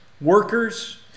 workers